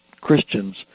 Christians